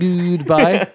goodbye